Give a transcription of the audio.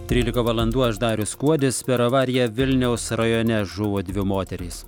trylika valandų aš darius kuodis per avariją vilniaus rajone žuvo dvi moterys